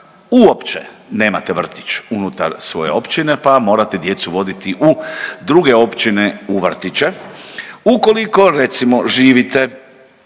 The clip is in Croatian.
uopće nemate vrtić unutar svoje općine pa morate djecu voditi u druge općine u vrtiće. Ukoliko, recimo, živite